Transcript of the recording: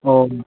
आओर